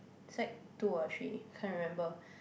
sec two or three can't remember